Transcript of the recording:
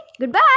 Goodbye